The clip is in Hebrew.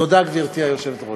תודה, גברתי היושבת-ראש.